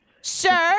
Sir